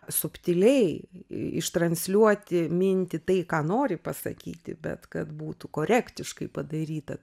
subtiliai ištransliuoti mintį tai ką nori pasakyti bet kad būtų korektiškai padaryta